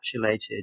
encapsulated